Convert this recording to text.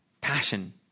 passion